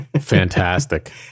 Fantastic